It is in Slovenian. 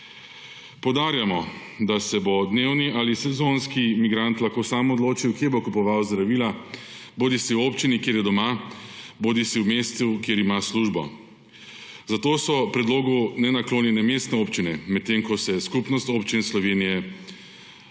Poudarjamo, da se bo dnevni ali sezonski migrant lahko sam odločil, kje bo kupoval zdravila, bodisi v občini, kjer je doma, bodisi v mestu, kjer ima službo, zato so predlogu nenaklonjene mestne občine, medtem ko ima Skupnost občin Slovenija pri